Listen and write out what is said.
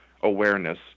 awareness